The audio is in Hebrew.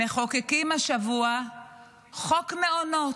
מחוקקים השבוע חוק מעונות,